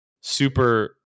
super